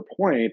point